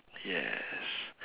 yes